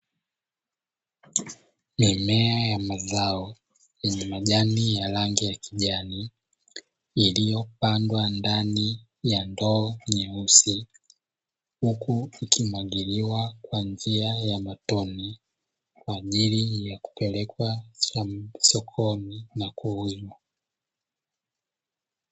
Mimea ya mazao yenye majani ya rangi ya kijani iliyopandwa ndani ya ndoo nyeusi huku kukimwagiliwa kwa njia ya matone, kwa ajili ya kupelekwa sokoni na kuuzwa.